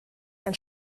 ein